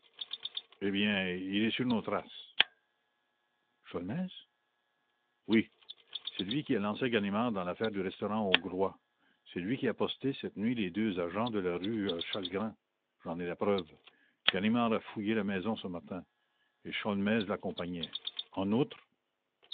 eh bien il est sur nos traces sholmès oui c'est lui qui a lancé ganimard dans l'affaire du restaurant hongrois c'est lui qui a posté cette nuit les deux agents de la rue chalgrin j'en ai la preuve ganimard a fouillé la maison ce matin et